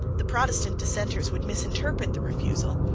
the protestant dissenters would misinterpret the refusal,